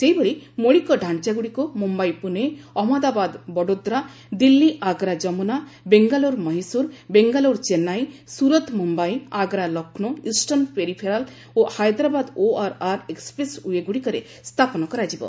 ସେହିଭଳି ମୌଳିକ ଡ଼ାଞ୍ଚାଗୁଡ଼ିକୁ ମୁମ୍ଭାଇ ପୁଣେ ଅହନ୍ମଦାବାଦ ବଡୌଦ୍ରା ଦିଲ୍ଲୀ ଆଗ୍ରା ଯମୁନା ବେଙ୍ଗାଲ୍ରୁ ମହୀଶୂର ବେଙ୍ଗାଲୁରୁ ଚେନ୍ନାଇ ସୁରତ ମୁମ୍ୟାଇ ଆଗ୍ରା ଲକ୍ଷ୍ମୌ ଇଷ୍ଟର୍ଣ୍ଣ ପେରିଫେରାଲ୍ ଓ ହାଇଦ୍ରାବାଦ ଓଆର୍ଆର୍ ଏକ୍କପ୍ରେସ୍ଓ୍ୱେ ଗୁଡ଼ିକରେ ସ୍ଥାପନ କରାଯିବ